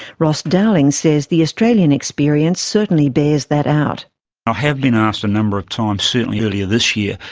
ross dowling says the australian experience certainly bears that out. i have been asked a number of times, certainly earlier this year,